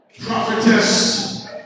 Prophetess